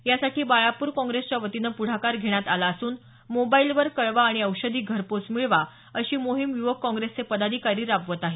यासाठी बाळापूर काँग्रेसच्या वतीने पुढाकार घेण्यात आला असून मोबाईलवर कळवा आणि औषधी घरपोच मिळवा अशी मोहीम युवक काँग्रेसचे पदाधिकारी राबवत आहेत